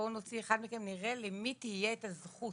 ובוא נוציא אחד מכם ונראה למי תהיה את הזכות.